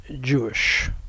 Jewish